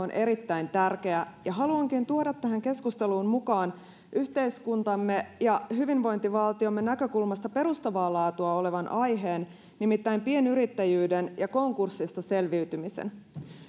on erittäin tärkeä ja haluankin tuoda tähän keskusteluun mukaan yhteiskuntamme ja hyvinvointivaltiomme näkökulmasta perustavaa laatua olevan aiheen nimittäin pienyrittäjyyden ja konkurssista selviytymisen